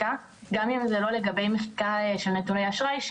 הפנינו לקרן למודרי אשראי,